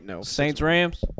Saints-Rams